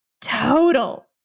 total